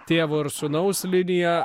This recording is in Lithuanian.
tėvo ir sūnaus liniją